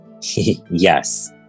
Yes